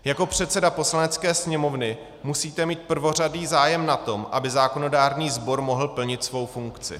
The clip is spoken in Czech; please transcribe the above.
Jako předseda Poslanecké sněmovny musíte mít prvořadý zájem na tom, aby zákonodárný sbor mohl plnit svou funkci.